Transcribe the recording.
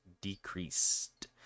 decreased